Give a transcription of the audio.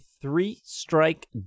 three-strike